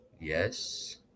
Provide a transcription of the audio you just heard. Yes